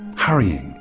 hurrying,